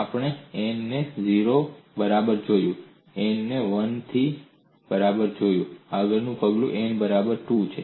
આપણે n ને 0 ની બરાબર જોયું છે n ને 1 ની બરાબર આગળનું પગલું n બરાબર 2 છે